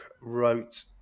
wrote